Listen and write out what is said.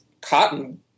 cotton